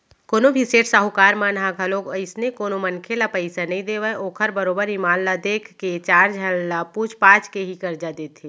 कोनो भी सेठ साहूकार मन ह घलोक अइसने कोनो मनखे ल पइसा नइ देवय ओखर बरोबर ईमान ल देख के चार झन ल पूछ पाछ के ही करजा देथे